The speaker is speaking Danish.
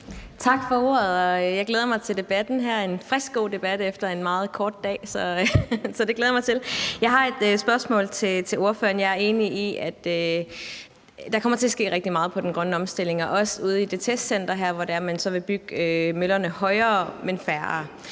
Tak for ordet. Jeg glæder mig til debatten her – en frisk, god debat efter en meget kort dag, så det glæder jeg mig til. Jeg har et spørgsmål til ordføreren. Jeg er enig i, at der kommer til at ske rigtig meget med den grønne omstilling, også ude i det testcenter her, hvor man så vil bygge møllerne højere, men færre